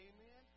Amen